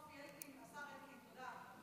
אדוני היושב-ראש, כנסת נכבדה,